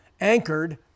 anchored